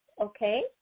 okay